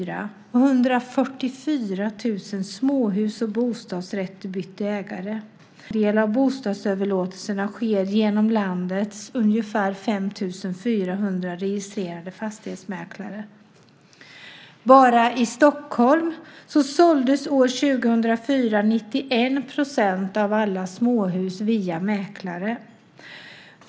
144 000 småhus och bostadsrätter bytte ägare. En mycket stor andel av bostadsöverlåtelserna sker genom landets ungefär 5 400 registrerade fastighetsmäklare. År 2004 såldes bara i Stockholm 91 % av alla småhus via mäklare.